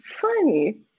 funny